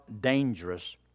dangerous